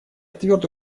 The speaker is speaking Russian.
твердо